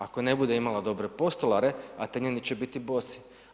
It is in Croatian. Ako ne bude imala dobre postolare, Atenjani će biti bosi.